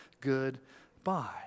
goodbye